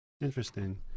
Interesting